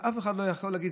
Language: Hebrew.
אף אחד לא יכול להגיד,